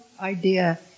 idea